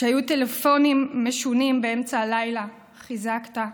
כשהיו טלפונים משונים באמצע הלילה, חיזקת,